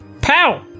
Pow